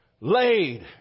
laid